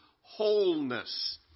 wholeness